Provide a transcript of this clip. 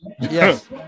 Yes